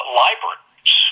libraries